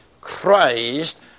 Christ